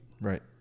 Right